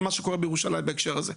על מה שקורה בירושלים בהקשר הזה.